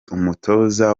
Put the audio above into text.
umutoza